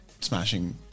Smashing